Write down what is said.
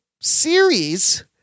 series